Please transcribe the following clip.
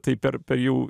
tai per jau